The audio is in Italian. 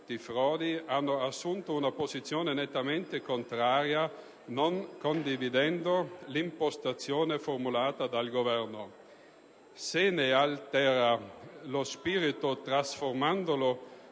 hanno assunto una posizione nettamente contraria non condividendo l'impostazione formulata dal Governo. Se ne altera lo spirito trasformandolo